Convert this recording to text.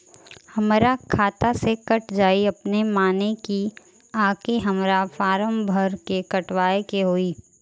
हमरा खाता से कट जायी अपने माने की आके हमरा फारम भर के कटवाए के होई?